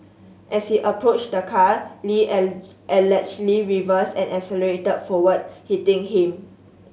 as he approached the car Lee allegedly reversed and accelerated forward hitting him